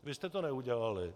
Vy jste to neudělali.